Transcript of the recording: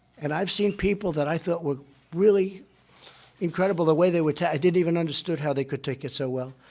and i've seen people that i thought were really incredible the way they were ta i didn't even understood how they could take it so well